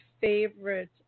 favorite